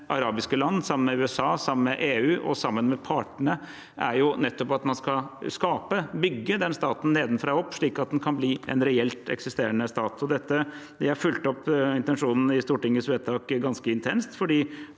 arabiske land, sammen med USA, sammen med EU og sammen med partene, er nettopp at man skal skape og bygge den staten nedenfra og opp, slik at den kan bli en reelt eksisterende stat. Vi har fulgt opp intensjonen i Stortingets vedtak ganske intenst, for